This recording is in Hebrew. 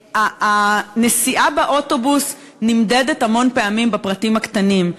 הנסיעה באוטובוס נמדדת המון פעמים בפרטים הקטנים.